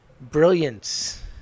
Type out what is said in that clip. brilliance